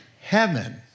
heaven